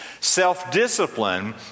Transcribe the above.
Self-discipline